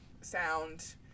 sound